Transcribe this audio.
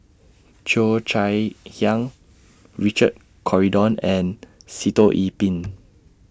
Cheo Chai Hiang Richard Corridon and Sitoh Yih Pin